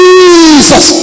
Jesus